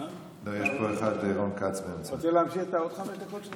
איך להגיד,